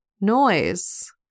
noise